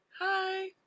Hi